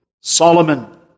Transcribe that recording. Solomon